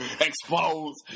Exposed